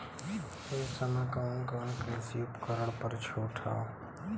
ए समय कवन कवन कृषि उपकरण पर छूट ह?